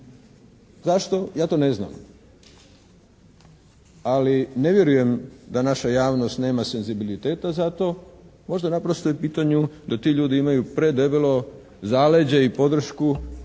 Zašto? Ja to ne znam. Ali ne vjerujem da naša javnost nema senzibiliteta za to. Možda naprosto je u pitanju da ti ljudi imaju predebelo zaleđe i podršku,